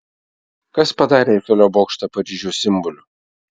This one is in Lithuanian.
kas padarė eifelio bokštą paryžiaus simboliu